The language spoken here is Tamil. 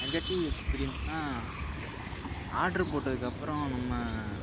நெகட்டிவ் எக்ஸ்பீரியன்ஸ்னா ஆர்டர் போட்டதுக்கு அப்புறம் நம்ம